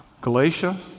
Galatia